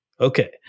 Okay